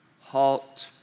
halt